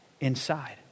inside